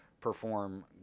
perform